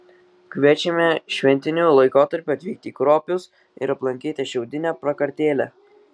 kviečiame šventiniu laikotarpiu atvykti į kruopius ir aplankyti šiaudinę prakartėlę